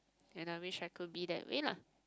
and I wish I could be that way lah